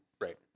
right